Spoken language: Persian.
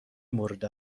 مورد